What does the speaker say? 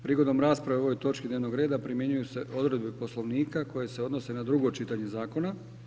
Prigodom rasprave o ovoj točki dnevnog reda primjenjuju se odredbe Poslovnika koje se odnose na drugo čitanje zakona.